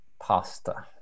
pasta